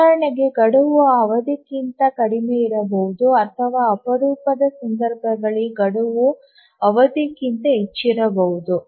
ಉದಾಹರಣೆಗೆ ಗಡುವು ಅವಧಿಗಿಂತ ಕಡಿಮೆಯಿರಬಹುದು ಅಥವಾ ಅಪರೂಪದ ಸಂದರ್ಭಗಳಲ್ಲಿ ಗಡುವು ಅವಧಿಗಿಂತ ಹೆಚ್ಚಿರಬಹುದು